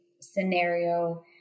scenario